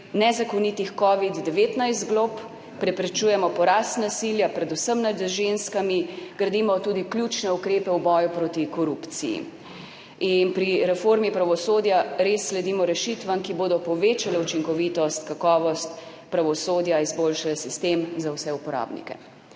covida-19. Preprečujemo porast nasilja, predvsem nad ženskami. Gradimo tudi ključne ukrepe v boju proti korupciji. Pri reformi pravosodja res sledimo rešitvam, ki bodo povečale učinkovitost, kakovost pravosodja, izboljšale sistem za vse uporabnike.